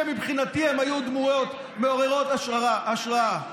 שמבחינתי הם היו דמויות מעוררות השראה.